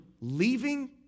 leaving